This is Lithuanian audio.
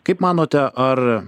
kaip manote ar